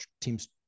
teams